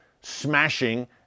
smashing